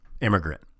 immigrant